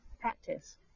practice